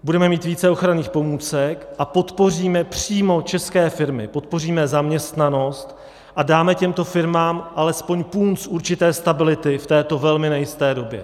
Budeme mít více ochranných pomůcek a podpoříme přímo české firmy, podpoříme zaměstnanost a dáme těmto firmám alespoň punc určité stability v této velmi nejisté době.